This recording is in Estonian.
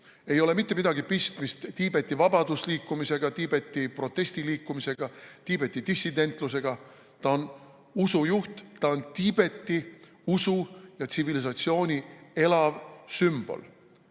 ei ole mitte midagi pistmist Tiibeti vabadusliikumisega, Tiibeti protestiliikumisega, Tiibeti dissidentlusega. Ta on usujuht, ta on Tiibeti usu ja tsivilisatsiooni elav sümbol.